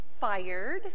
fired